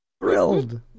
Thrilled